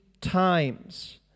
times